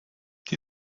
die